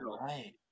right